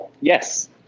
Yes